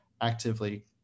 actively